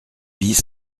bis